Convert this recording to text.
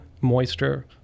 moisture